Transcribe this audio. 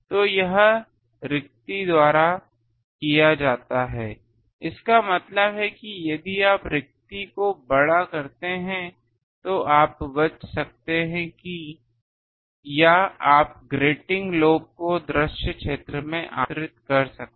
तो यह रिक्ति द्वारा किया जाता है इसका मतलब है कि यदि आप रिक्ति को बड़ा करते हैं तो आप बच सकते हैं या आप ग्रेटिंग लोब को दृश्य क्षेत्र में आमंत्रित कर सकते हैं